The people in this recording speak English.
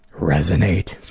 resonate,